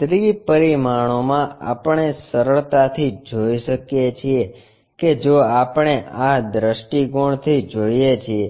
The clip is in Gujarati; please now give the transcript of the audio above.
ત્રિ પરિમાણોમાં આપણે સરળતાથી જોઈ શકીએ છીએ કે જો આપણે આ દૃષ્ટિકોણથી જોઈએ છીએ